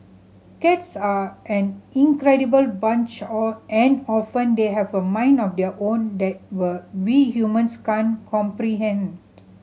cats are an incredible bunch or and often they have a mind of their own that were we humans can't comprehend